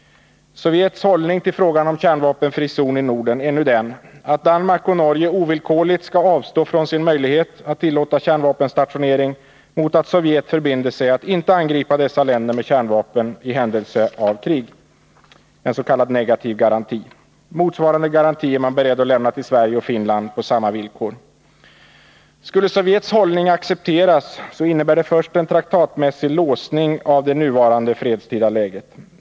Sovjets hållning till frågan om kärnvapenfri zon i Norden är nu den, att Danmark och Norge ovillkorligt skall avstå från sin möjlighet att tillåta kärnvapenstationering mot att Sovjet förbinder sig att icke angripa dessa länder med kärnvapen i händelse av krig, en s.k. negativ garanti. Motsvarande garanti är man beredd att lämna till Sverige och Finland på samma villkor. Skulle Sovjets hållning accepteras innebär det först en traktatmässig låsning av det nuvarande fredstida läget.